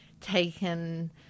taken